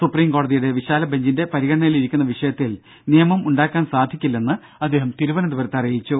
സുപ്രീംകോടതിയുടെ വിശാലബെഞ്ചിന്റെ പരിഗണനയിലിരിക്കുന്ന വിഷയത്തിൽ നിയമം ഉണ്ടാക്കാൻ സാധിക്കില്ലെന്ന് അദ്ദേഹം തിരുവന്തപുരത്ത് പറഞ്ഞു